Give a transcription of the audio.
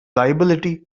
liability